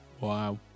Wow